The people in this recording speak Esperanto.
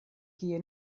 kie